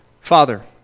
Father